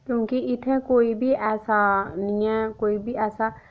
क्योंकि इत्थै कोई बी ऐसा निं ऐ कोई बी ऐसा